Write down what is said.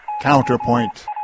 counterpoint